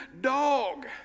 dog